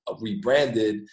rebranded